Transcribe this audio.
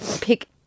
pick